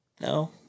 No